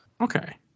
Okay